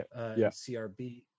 CRB